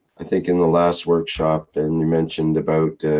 i think in the last workshop, and you mentioned about.